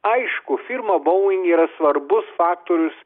aišku firma boeing yra svarbus faktorius